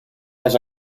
has